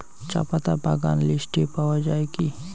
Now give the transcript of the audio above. চাপাতা বাগান লিস্টে পাওয়া যায় কি?